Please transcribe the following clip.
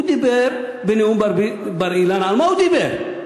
הוא דיבר בנאום בר-אילן, על מה הוא דיבר?